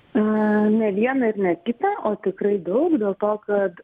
aaa ne vieną ir ne kitą o tikrai daug dėl to kad